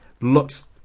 Looks